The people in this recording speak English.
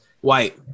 white